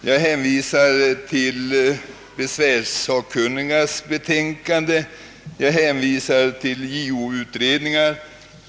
Jag hänvisar till besvärssakkunnigas betänkande, JO-utredningen m.m.